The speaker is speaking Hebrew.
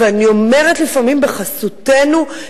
ואני אומרת: לפעמים בחסותנו,